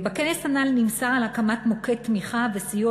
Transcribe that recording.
בכנס הנ"ל נמסר על הקמת מוקד תמיכה וסיוע